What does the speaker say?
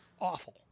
awful